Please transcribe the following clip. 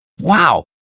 Wow